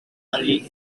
early